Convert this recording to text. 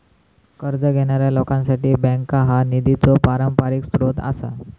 कर्ज घेणाऱ्या लोकांसाठी बँका हा निधीचो पारंपरिक स्रोत आसा